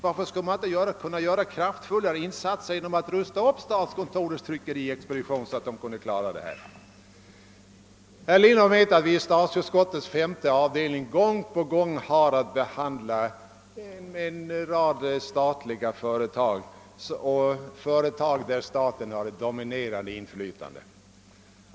Varför skulle man inte kunna göra den kraftfullare insatsen genom att rusta upp statskontorets tryckeriexpedition, så att denna kan klara de här uppgifterna? Herr Lindholm vet att vi i statsutskottets femte avdelning gång på gång har att behandla frågor som gäller de statliga företagen och företag, i vilka staten har ett dominerande inflytande.